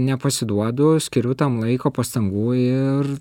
nepasiduodu skiriu tam laiko pastangų ir